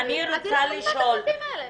אז היא לא תחשוף את הפרטים האלה.